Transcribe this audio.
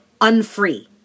unfree